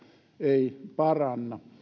ei paranna